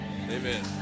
Amen